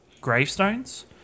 gravestones